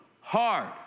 hard